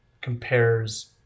compares